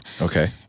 okay